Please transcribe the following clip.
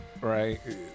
right